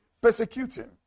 persecuting